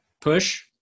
Push